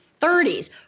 30s